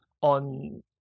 on